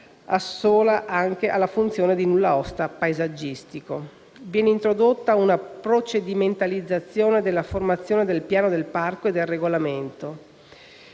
assolve anche alla funzione di nulla osta paesaggistico. In secondo luogo, viene introdotta una procedimentalizzazione della formazione del piano del parco e del regolamento.